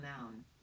noun